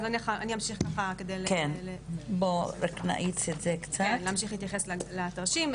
אמשיך להתייחס לתרשים.